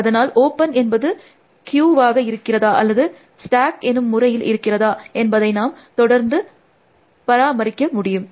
அதனால் ஓப்பன் என்பது கியூவாக இருக்கிறதா அல்லது ஸ்டாக் எனும் முறையில் இருக்கறதா என்பதை நாம தொடர்ந்து பராமரிக்க முடியும்